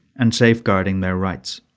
and safeguarding their rights.